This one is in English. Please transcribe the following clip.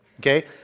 okay